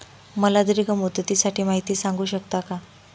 मला दीर्घ मुदतीसाठी माहिती सांगू शकता का?